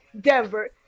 Denver